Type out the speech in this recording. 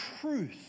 truth